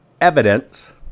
evidence